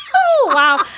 oh, wow.